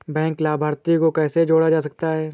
Bank लाभार्थी को कैसे जोड़ा जा सकता है?